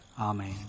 Amen